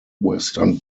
western